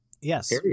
Yes